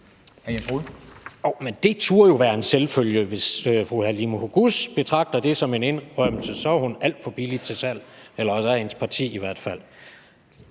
det turde jo være en selvfølge. Hvis fru Halime Oguz betragter det som en indrømmelse, så er hun alt for billigt til salg, eller også er hendes parti det i hvert fald.